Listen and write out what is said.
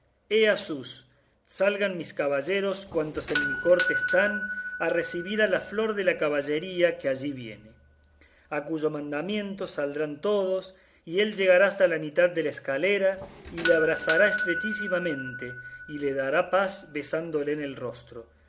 ea sus salgan mis caballeros cuantos en mi corte están a recebir a la flor de la caballería que allí viene a cuyo mandamiento saldrán todos y él llegará hasta la mitad de la escalera y le abrazará estrechísimamente y le dará paz besándole en el rostro